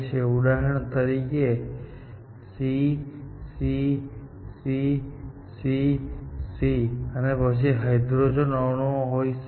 ઉદાહરણ તરીકે આ C C C C C અને પછી હાઇડ્રોજન અણુઓ હોઈ શકે છે